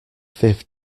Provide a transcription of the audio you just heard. fifth